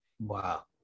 Wow